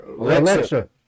Alexa